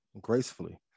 gracefully